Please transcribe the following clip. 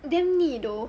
damn 腻 though